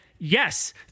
Yes